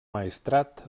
maestrat